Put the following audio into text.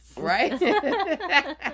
Right